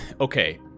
Okay